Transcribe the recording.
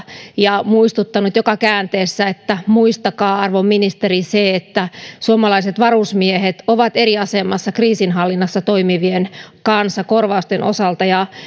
ja muistuttanut joka käänteessä että muistakaa arvon ministeri se että suomalaiset varusmiehet ovat eri asemassa kriisinhallinnassa toimivien kanssa korvausten osalta